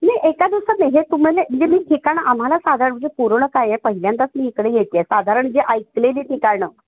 नाही एका दिवसात नाही हे तुम्हाला म्हणजे मी ठिकाण आम्हाला साधारण म्हणजे पूर्ण काय आहे पहिल्यांदाच मी इकडे येते आहे साधारण जे ऐकलेली ठिकाणं